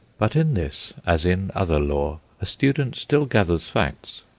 but in this, as in other lore, a student still gathers facts.